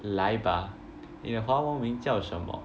来吧你的华文名叫什么